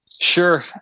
Sure